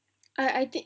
I I think